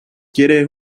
quiere